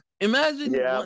imagine